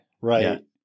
right